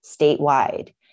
statewide